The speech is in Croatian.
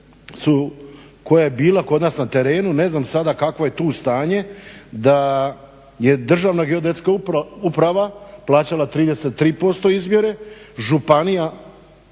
koju je bila kod nas na terenu, ne znam sada kakvo je tu stanje da je Državna geodetska uprava plaćala 33% izmjere, županija